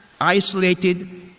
isolated